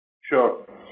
Sure